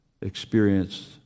experienced